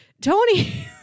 Tony